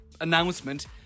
announcement